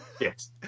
yes